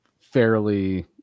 fairly